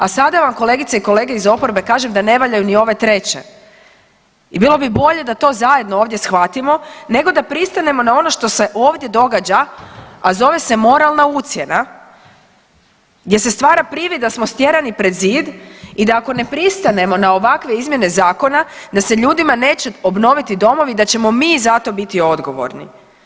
A sada vam, kolegice i kolege iz oporbe kažem da ne valjaju ni ove treće i bilo bi bolje da to zajedno ovdje shvatimo nego da pristanemo na ono što se ovdje događa, a zove se moralna ucjena gdje se stvara privid da smo stjerani pred zid i da ako ne pristanemo na ovakve izmjene Zakona, da se ljudima neće obnoviti domovi i da ćemo mi za to biti odgovorni.